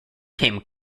came